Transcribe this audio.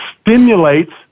stimulates